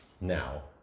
Now